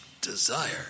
desire